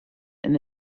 and